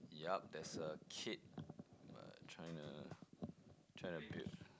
yup there's a kid uh trying to trying to build